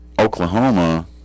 Oklahoma